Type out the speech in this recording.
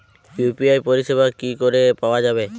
UPI পরিষেবা কি করে পাওয়া যাবে?